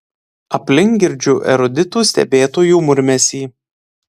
aplink girdžiu eruditų stebėtojų murmesį